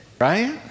right